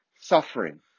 suffering